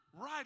right